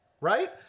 right